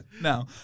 No